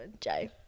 Jay